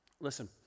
listen